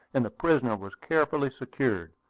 and the prisoner was carefully secured.